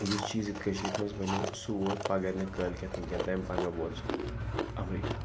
یُس چیٖز یَتھ کٔشیٖرِ مَنٛز بَنیو سُہ ووت پَگاہ نہٕ کٲلۍکٮ۪تھ نہٕ کینٛہہ تَمہِ پَگاہ ووت سُہ اَمریٖکہ